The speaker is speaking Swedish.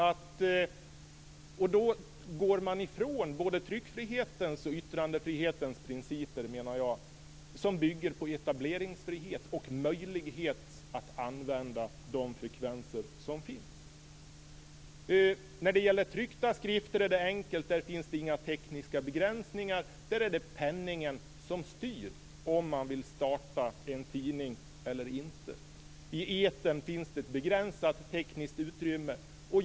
Då menar jag att man går ifrån både tryckfrihetens och yttrandefrihetens principer som bygger på etableringsfrihet och möjlighet att använda de frekvenser som finns. När det gäller tryckta skrifter är det enkelt. Där finns det inga tekniska begränsningar. Där är det penningen som styr om man vill starta en tidning eller inte. I etern finns det ett begränsat tekniskt utrymme.